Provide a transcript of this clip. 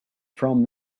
from